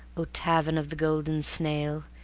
o tavern of the golden snail!